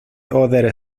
other